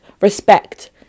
respect